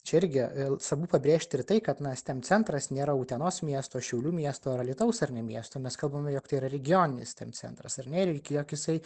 čia irgi svarbu pabrėžti ir tai kad na steam centras nėra utenos miesto šiaulių miesto ar alytaus ar ne miesto mes kalbame jog tai yra regioninis steam centras ar ne ir jog jisai